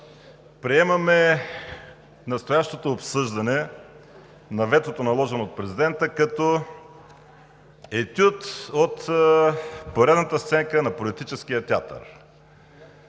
Приемаме настоящото обсъждане на ветото, наложено от президента, като етюд от поредната сценка на политическия театър.